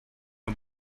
the